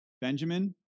Benjamin